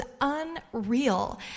unreal